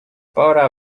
pora